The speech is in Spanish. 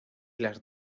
las